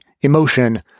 emotion